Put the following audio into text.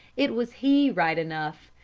it was he right enough,